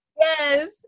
yes